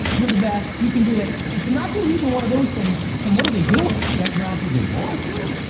you're the best, you can do it. if they're not doing either one of those things then what are they doing? is that grounds for divorce though?